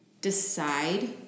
Decide